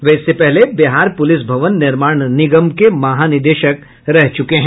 वे इससे पहले बिहार पुलिस भवन निर्माण निगम के महानिदेशक रह चुके हैं